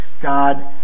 God